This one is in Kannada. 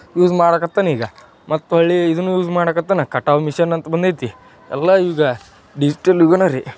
ಯೂಸ್ ಮಾಡಕತ್ತಾನ ಈಗ ಮತ್ತು ಹೊಳ್ಳೀ ಇದನ್ನು ಯೂಸ್ ಮಾಡಕತ್ತಾನ ಕಟಾವು ಮಿಷನ್ ಅಂತ ಬಂದೈತಿ ಎಲ್ಲ ಈಗ ಡಿಜಿಟಲ್ ಯುಗನರಿ